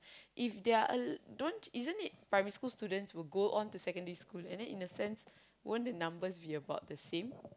if there are a l~ isn't it primary school students will go on to secondary school then in a sense won't the numbers be about the same